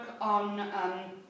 on